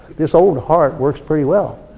this old heart works pretty well.